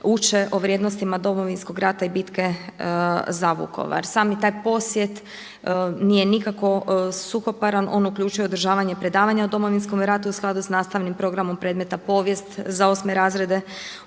uče o vrijednostima Domovinskog rat i bitke za Vukovar. Sami taj posjet nije nikako suhoparan, on uključuje održavanje predavanja o Domovinskom ratu u skladu sa nastavnim programom predmet povijest za 8 razrede,